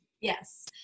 Yes